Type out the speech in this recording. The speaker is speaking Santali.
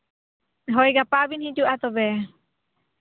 ᱦᱳᱭ ᱜᱟᱯᱟ ᱵᱤᱱ ᱦᱤᱡᱩᱜᱼᱟ ᱛᱚᱵᱮ